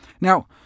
Now